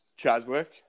Chazwick